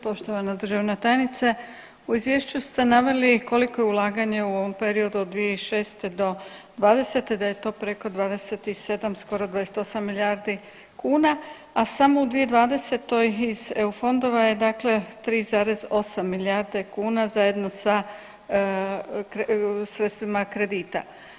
Poštovana državna tajnice, u izvješću ste naveli koliko je ulaganje u ovom periodu od 2006. do '20. da je to preko 27 skoro 28 milijardi kuna, a samo u 2020. iz EU fondova je dakle 3,8 milijardi kuna zajedno sa sredstvima kredita.